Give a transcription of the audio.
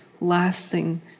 lasting